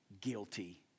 guilty